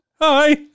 Hi